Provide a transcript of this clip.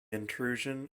intrusion